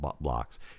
blocks